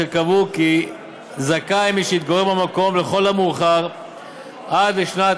אשר קבעו כי זכאי הוא מי שהתגורר במקום לכל המאוחר עד שנת